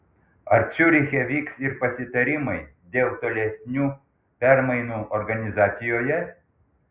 ar ciuriche vyks ir pasitarimai dėl tolesnių permainų organizacijoje